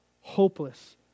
hopeless